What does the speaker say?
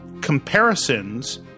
comparisons